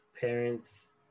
parents